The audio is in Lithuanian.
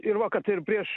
ir va kad ir prieš